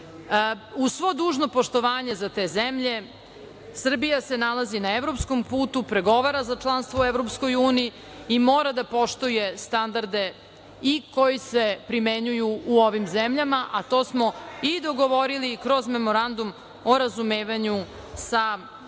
Uz svo dužno poštovanje za te zemlje, Srbija se nalazi na evropskom putu, pregovara za članstvo u EU i mora da poštuje standarde i koji se primenjuju u ovim zemljama, a to smo i dogovorili kroz Memorandum o razumevanju sa EU